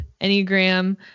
enneagram